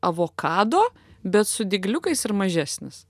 avokado bet su dygliukais ir mažesnis